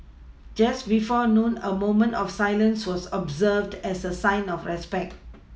just before noon a moment of silence was observed as a sign of respect